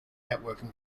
networking